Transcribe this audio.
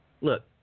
Look